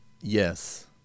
Yes